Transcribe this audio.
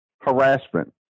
harassment